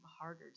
harder